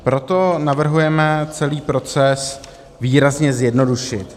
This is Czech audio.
Proto navrhujeme celý proces výrazně zjednodušit.